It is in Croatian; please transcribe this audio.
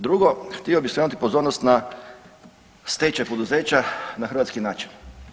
Drugo, htio bih skrenuti pozornost na stečaj poduzeća na hrvatski način.